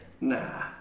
Nah